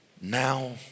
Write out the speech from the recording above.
now